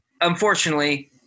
Unfortunately